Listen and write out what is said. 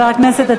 (קוראת בשמות חברי הכנסת)